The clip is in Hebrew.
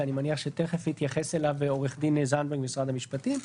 שאני מניח שתיכף יתייחס אליו עו"ד זנדברג ממשרד המשפטים,